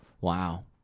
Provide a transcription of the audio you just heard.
Wow